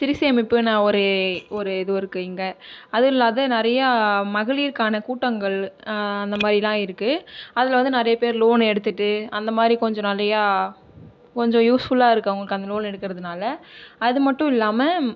சிறுசேமிப்புனு நான் ஒரு ஒரு ஏதோ இருக்கு இங்கே அது இல்லாது நிறைய மகளிருக்கான கூட்டங்கள் அந்தமாதிரிலாம் இருக்கு அதில் வந்து நிறைய பேர் லோன் எடுத்துட்டு அந்தமாதிரி கொஞ்சம் நிறையா கொஞ்சம் யூஸ்ஃபுல்லாக இருக்கு அவங்களுக்கு அந்த லோன் எடுக்கிறதுனால அதுமட்டும் இல்லாமல்